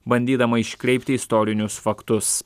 bandydama iškreipti istorinius faktus